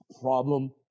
problem